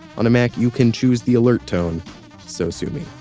on a mac you can choose the alert tone sosumi.